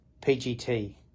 PGT